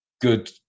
good